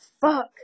fuck